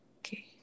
Okay